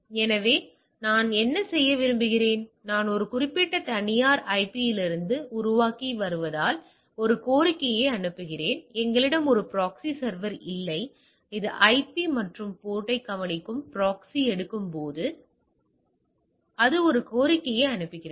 எனவே நான் என்ன செய்கிறேன் நான் ஒரு குறிப்பிட்ட தனியார் ஐபி யிலிருந்து உருவாக்கி வருவதால் ஒரு கோரிக்கையை அனுப்புகிறேன் எங்களிடம் ஒரு ப்ராக்ஸி சர்வர் இல்லை அது ஐபி மற்றும் போர்ட்டைக் கவனிக்கும் ப்ராக்ஸி எடுக்கும் போது அது ஒரு கோரிக்கையை அனுப்புகிறது